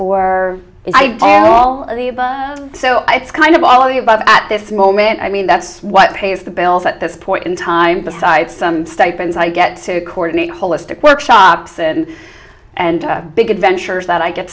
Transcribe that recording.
is all of the above so i think kind of all of the above at this moment i mean that's what pays the bills at this point in time besides some stipends i get to coordinate holistic workshops and big adventures that i get